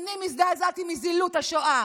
שנים הזדעזעתי מזילות השואה.